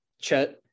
Chet